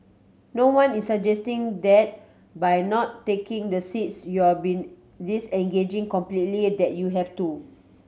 no one is suggesting that by not taking the seats you been disengaging completely that you have to